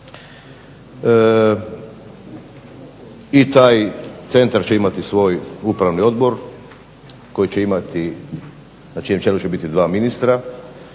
i taj centar će imati svoj upravni odbor na čijem čelu će biti dva ministra.